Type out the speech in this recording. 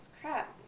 Crap